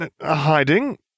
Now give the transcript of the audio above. hiding